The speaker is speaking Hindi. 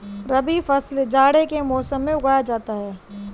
रबी फसल जाड़े के मौसम में उगाया जाता है